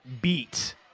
beat